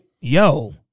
yo